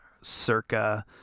circa